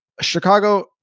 Chicago